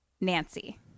Nancy